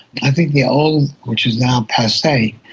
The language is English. i think the old, which is now passe,